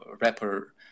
rapper